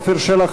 עפר שלח,